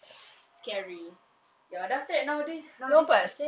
scary ya then after that nowadays nowadays